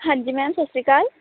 ਹਾਂਜੀ ਮੈਮ ਸਤਿ ਸ਼੍ਰੀ ਅਕਾਲ